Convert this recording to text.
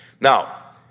Now